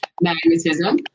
magnetism